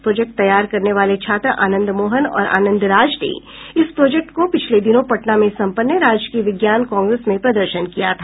project तैयार करने वाले छात्र आनंद मोहन और आनंद राज ने इस प्रोजेक्ट को पिछले दिनों पटना में सम्पन्न राज्य की विज्ञान कांग्रेस में प्रदर्शन किया था